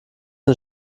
den